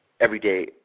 everyday